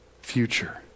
future